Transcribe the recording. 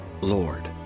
Lord